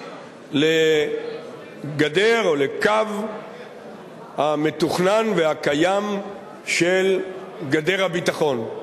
לגדר או לקו המתוכנן והקיים של גדר הביטחון.